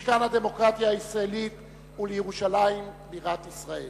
משכן הדמוקרטיה הישראלית, ולירושלים בירת ישראל.